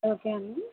okay అండి